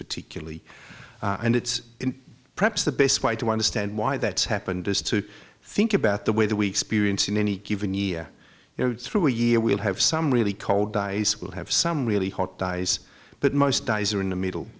particularly and it's perhaps the best way to understand why that's happened is to think about the way that we experience in any given year you know through a year we'll have some really cold days will have some really hot guys but most days are in the middle